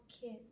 kids